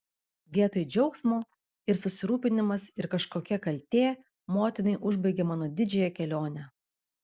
vietoj džiaugsmo ir susirūpinimas ir kažkokia kaltė motinai užbaigė mano didžiąją kelionę